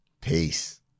Peace